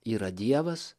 yra dievas